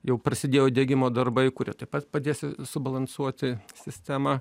jau prasidėjo diegimo darbai kurie taip pat padės subalansuoti sistemą